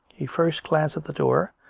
he first glanced at the door,